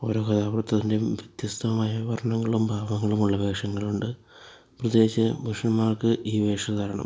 ഓരോ കഥാപാത്രിന്റെയും വ്യത്യസ്തമായ വർണ്ണങ്ങളും ഭാവങ്ങളും ഉള്ള വേഷങ്ങളുണ്ട് പ്രത്യേകിച്ച് പുരുഷന്മാർക്ക് ഈ വേഷം കാരണം